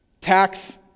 tax